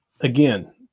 again